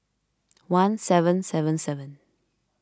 one seven seven seven